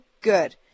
good